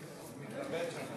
אינו נוכח אורי אריאל,